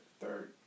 third